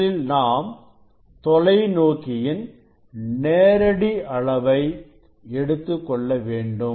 முதலில் நாம் தொலைநோக்கியின் நேரடி அளவை எடுத்துக் கொள்ள வேண்டும்